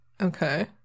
Okay